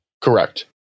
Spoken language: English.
Correct